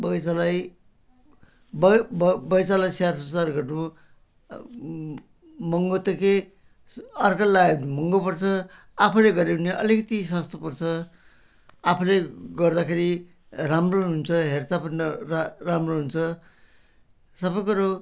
बगैँचालाई बै बै बगैँचालाई स्याहार सुसार गर्नु महँगो त के अर्काले लगायो भने महँगो पर्छ आफूले गर्यो भने अलिकति सस्तो पर्छ आफूले गर्दाखेरि राम्रो हुन्छ हेरचाह पनि राम्रो हुन्छ सबै कुरो